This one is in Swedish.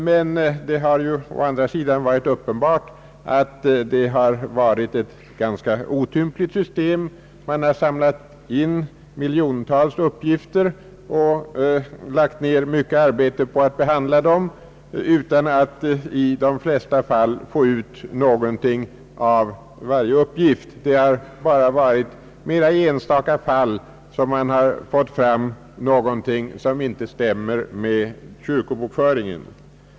Men det har å andra sidan varit uppenbart att det varit ett ganska otympligt system. Man har samlat in miljontals uppgifter och lagt ned mycket arbete på att behandla dem utan att i de flesta fall få ut någonting av varje uppgift. Det är bara i enstaka fall som man fått fram någonting som inte stämmer med kyrkobokföringen.